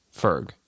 Ferg